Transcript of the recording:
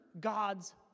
God's